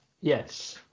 Yes